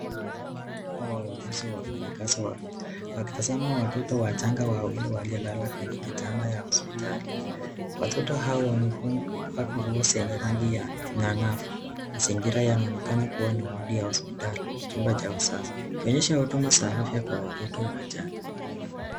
Tunaona wafanyakazi wa afya wakitazama watoto wachanga wawili waliolala kwenye kitanda ya hospitali. Watoto hao wamefungwa nguo zenye rangi ya nyang'avu. Mazingira yanaonekana kuwa ni wodi ya hospitali, chumba cha wazazi. Inaonyesha utoaji wa huduma za afya kwa watoto wachanga.